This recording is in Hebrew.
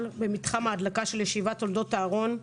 במתחם ההדלקה של ישיבת תולדות אהרון,